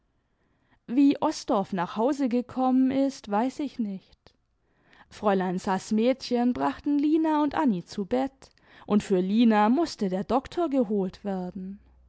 wie osdorff nach hause gekommen ist weiß ich nicht fräulein saß mädchen brachte lina und anni zu bett und für lina mußte der doktor geholt werden